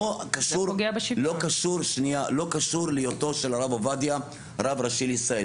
לא קשור להיותו של הרב עובדיה רב ראשי לישראל.